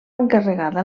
encarregada